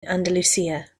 andalusia